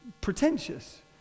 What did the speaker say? pretentious